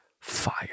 fire